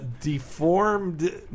Deformed